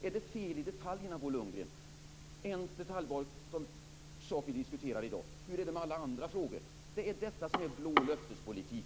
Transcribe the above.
Är det fel i detaljerna, Bo Lundgren? Detta är en detalj som vi diskuterar i dag. Hur är det med alla andra frågor? Det är detta som är blå löftespolitik.